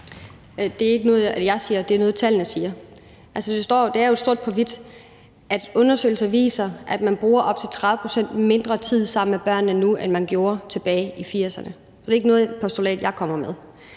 Det er ikke noget, jeg siger, det er noget, tallene siger. Det står jo sort på hvidt. Undersøgelser viser, at man bruger op til 30 pct. mindre tid sammen med børnene nu, end man gjorde tilbage i 1980'erne. Så det er ikke noget postulat, jeg kommer med.